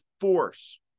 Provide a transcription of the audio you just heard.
force